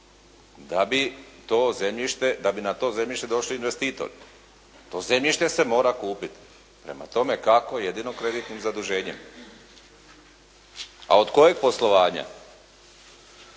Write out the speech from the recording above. da bi na to zemljište došli investitori. To zemljište se mora kupiti. Prema tome kako? Jedino kreditnim zaduženjem. A od kojeg poslovanja?